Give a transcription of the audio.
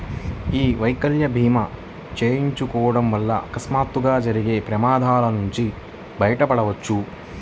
యీ వైకల్య భీమా చేయించుకోడం వల్ల అకస్మాత్తుగా జరిగే ప్రమాదాల నుంచి బయటపడొచ్చు